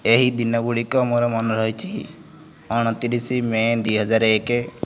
ଏହି ଦିନ ଗୁଡ଼ିକ ମୋର ମନେ ରହିଛି ଅଣତିରିଶି ମେ ଦୁଇହଜାର ଏକ